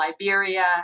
Liberia